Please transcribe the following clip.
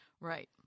Right